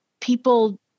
people